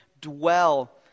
dwell